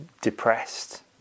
depressed